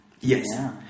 Yes